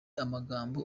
amagambo